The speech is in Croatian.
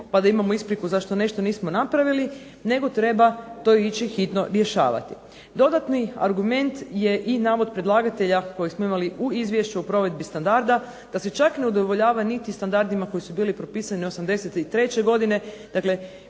pa da imamo ispriku zašto nešto nismo napravili nego treba to ići hitno rješavati. Dodatni argument je i navod predlagatelja kojeg smo imali u Izvješću o provedbi standarda da se čak ne udovoljava niti standardima koji su bili propisani '83. godine. Dakle,